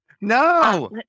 No